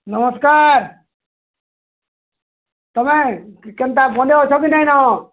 ନମସ୍କାର୍ ତମେ ଟିକେଟ୍ଟା ବନେଇ ଅଛ କେ ନାଇନ